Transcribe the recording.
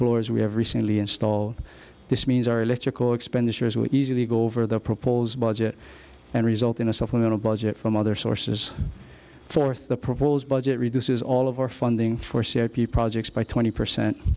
blowers we have recently installed this means electrical expenditures would easily go over the proposed budget and result in a supplemental budget from other sources fourth the proposed budget reduces all of our funding for c h p projects by twenty percent